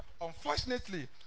Unfortunately